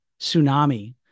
tsunami